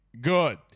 good